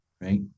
right